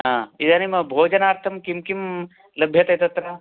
इ इदानीं भोजनार्थं किं किं लभ्यते तत्र